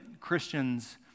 Christians